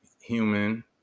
human